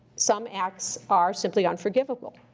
some acts are simply unforgivable.